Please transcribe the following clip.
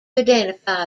identify